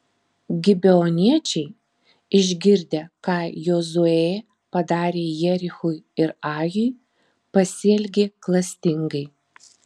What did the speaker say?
gibeoniečiai išgirdę ką jozuė padarė jerichui ir ajui pasielgė klastingai